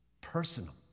personal